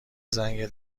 زنگ